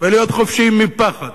ולהיות חופשיים מפחד